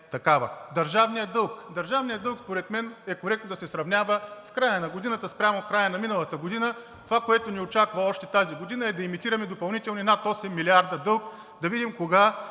Държавният дълг. Държавният дълг според мен е коректно да се сравнява в края на годината спрямо края на миналата година. Това, което ни очаква още тази година, е да имитираме допълнителни над 8 милиарда дълг, да видим кога